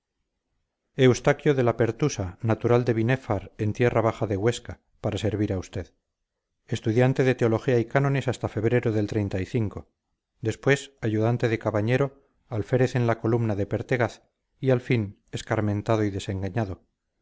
eustaquio de la pertusa natural de binéfar en tierra baja de huesca para servir a usted estudiante de teología y cánones hasta febrero del después ayudante de cabañero alférez en la columna de pertegaz y al fin escarmentado y desengañado